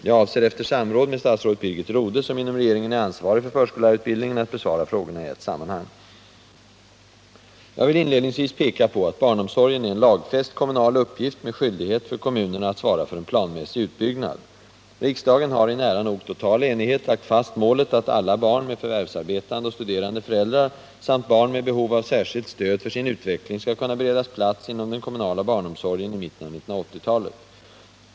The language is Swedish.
Jag avser, efter samråd med statsrådet Birgit Rodhe, som inom regeringen är ansvarig för förskollärarutbildningen, att besvara frågorna i ett sammanhang. Jag vill inledningsvis peka på att barnomsorgen är en lagfäst kommunal uppgift med skyldighet för kommunerna att svara för en planmässig utbyggnad. Riksdagen har i nära nog total enighet lagt fast målet att alla barn med förvärvsarbetande och studerande föräldrar samt barn med behov av särskilt stöd för sin utveckling skall kunna beredas plats inom den kommunala barnomsorgen i mitten av 1980-talet.